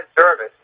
service